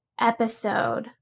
episode